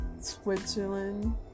Switzerland